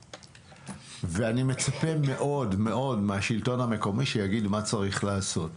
אני מצפה מאוד מהשלטון המקומי שיגיד מה צריך לעשות.